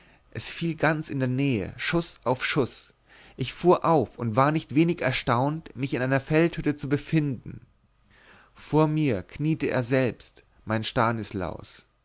es fiel ganz in der nähe schuß auf schuß ich fuhr auf und war nicht wenig erstaunt mich in einer feldhütte zu befinden vor mir kniete er selbst mein stanislaus